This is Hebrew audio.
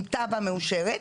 עם תב"ע מאושרת,